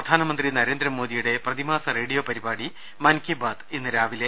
പ്രധാനമന്ത്രി നരേന്ദ്രമോദിയുടെ പ്രതിമാസ റേഡിയോ പരിപാടി മൻകിബാത്ത് ഇന്ന് രാവിലെ